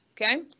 Okay